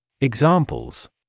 Examples